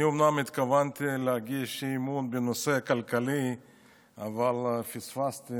אני אומנם התכוונתי להגיש אי-אמון בנושא כלכלי אבל פספסתי